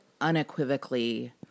unequivocally